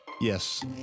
Yes